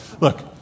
Look